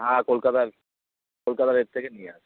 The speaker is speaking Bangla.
হ্যাঁ কলকাতা কলকাতা রেট থেকে নিয়ে আসি